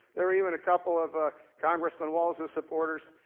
there were even a couple of ah congressman walz's supporters.